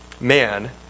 man